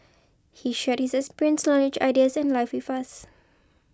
he shared his experience knowledge ideas and life with us